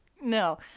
No